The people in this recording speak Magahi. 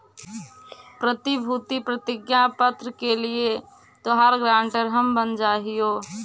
प्रतिभूति प्रतिज्ञा पत्र के लिए तोहार गारंटर हम बन जा हियो